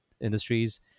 industries